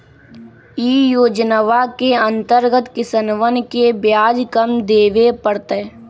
ई योजनवा के अंतर्गत किसनवन के ब्याज कम देवे पड़ तय